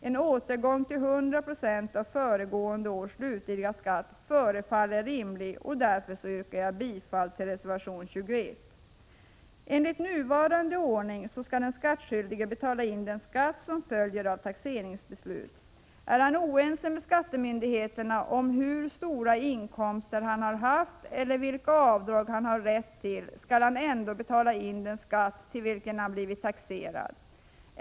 En återgång till 100 96 av föregående års slutliga skatt förefaller rimlig, och därför yrkar jag bifall till reservation 21. Enligt nuvarande ordning skall den skattskyldige betala in den skatt som följer av taxeringsbeslut. Är han oense med skattemyndigheten om hur stora inkomster han har haft eller vilka avdrag han har rätt till, skall han ändå betala in den skatt till vilken han blivit taxerad.